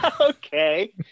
Okay